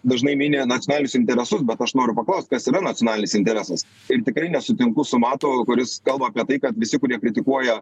dažnai mini nacionalinius interesus bet aš noriu paklaust kas yra nacionalinis interesas ir tikrai nesutinku su matu kuris kalba apie tai kad visi kurie kritikuoja